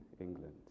England